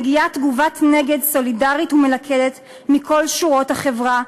מגיעה תגובת-נגד סולידרית ומלכדת מכל שורות החברה,